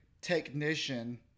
technician